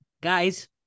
guys